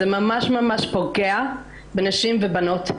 זה ממש פוגע בנשים ובבנות.